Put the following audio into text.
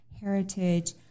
heritage